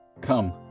come